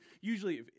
Usually